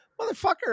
motherfucker